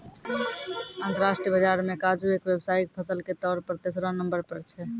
अंतरराष्ट्रीय बाजार मॅ काजू एक व्यावसायिक फसल के तौर पर तेसरो नंबर पर छै